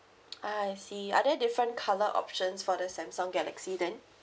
ah I see are there different colour options for the samsung galaxy then